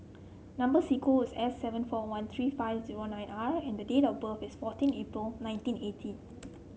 number sequence is S seven four one three five zero nine R and date of birth is fourteen April nineteen eighty